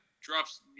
drops